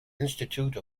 institute